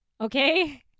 okay